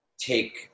take